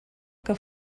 que